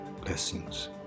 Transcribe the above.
blessings